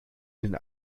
den